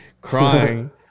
Crying